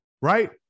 right